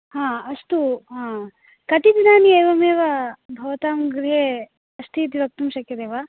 हा अस्तु कति दिनानि एवमेव भवतां गृहे अस्तीति वक्तुं शक्यते वा